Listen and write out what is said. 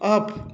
off